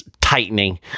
tightening